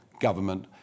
government